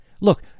Look